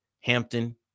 Hampton